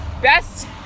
Best